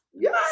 Yes